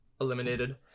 eliminated